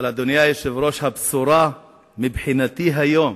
אבל, אדוני היושב-ראש, מבחינתי, הבשורה היום